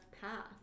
path